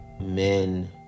men